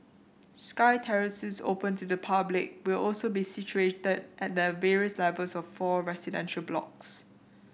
sky terraces open to the public will also be situated at the various levels of four residential blocks